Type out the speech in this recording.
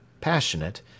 passionate